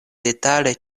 detale